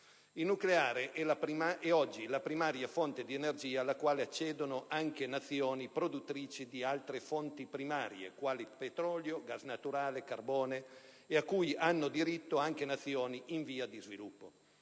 Il nucleare è oggi la primaria fonte di energia, alla quale accedono anche Nazioni produttrici di altre fonti primarie (quali petrolio, gas naturale e carbone) e a cui hanno diritto anche Nazioni in via di sviluppo.